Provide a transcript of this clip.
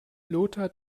lothar